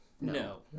No